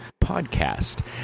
podcast